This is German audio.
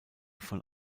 von